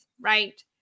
right